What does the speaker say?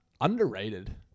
Underrated